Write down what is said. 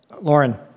Lauren